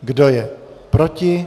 Kdo je proti?